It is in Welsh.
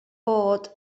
bod